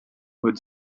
with